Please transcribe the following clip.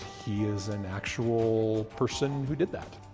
he is an actual person who did that.